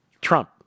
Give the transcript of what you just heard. Trump